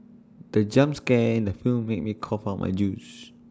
the jump scare in the film made me cough out my juice